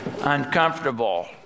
uncomfortable